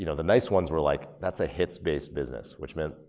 you know the nice ones were like, that's a hits-based business which meant,